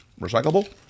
recyclable